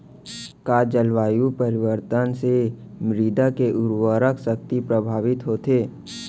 का जलवायु परिवर्तन से मृदा के उर्वरकता शक्ति प्रभावित होथे?